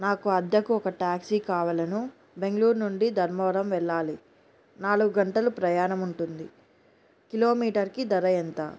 నాకు అద్దెకు ఒక ట్యాక్సీ కావలెను బెంగళూరు నుండి ధర్మవరం వెళ్ళాలి నాలుగు గంటలు ప్రయాణం ఉంటుంది కిలోమీటర్కి ధర ఎంత